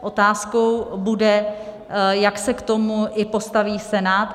Otázkou bude, jak se k tomu postaví Senát.